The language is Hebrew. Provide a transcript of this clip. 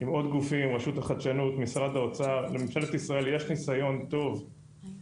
לממשלת ישראל יש ניסיון טוב בהתמודדות עם משברים ועם הזדמנויות,